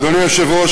אדוני היושב-ראש,